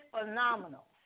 phenomenal